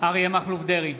אריה מכלוף דרעי,